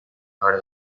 heart